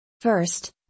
first